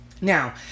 Now